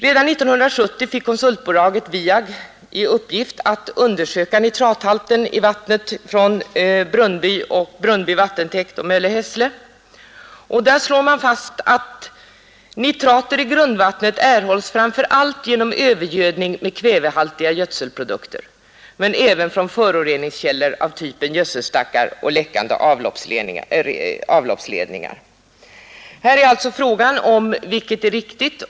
Redan 1970 fick konsultbolaget VIAK i uppgift att undersöka nitrathalten i vattnet från Brunnby och Mölle-Hässle vattentäkter. Man har i samband därmed påtalat att nitrater i grundvattnet framför allt erhålls genom övergödning med kvävehaltiga gödselprodukter men även från föroreningskällor av typen gödselstackar och läckande avloppsledningar. Frågan är alltså vem som har rätt.